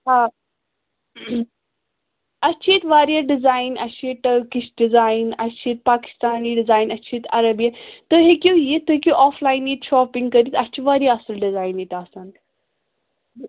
آ اَسہِ چھِ ییٚتہِ واریاہ ڈِزایِن اَسہِ چھِ ییٚتہِ ٹٔرکِش ڈِزاین اَسہِ ییٚتہِ پاکِستانی ڈِزایِن اَسہِ چھِ ییٚتہِ عربی تُہۍ ہیٚکِو یِتھ تُہۍ ہیٚکِو آف لاِین ییٚتہِ شاپِنٛگ کٔرِتھ اَسہِ چھِ واریاہ اَصٕل ڈِزایِن ییٚتہِ آسان